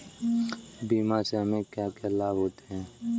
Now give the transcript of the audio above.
बीमा से हमे क्या क्या लाभ होते हैं?